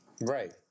Right